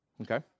Okay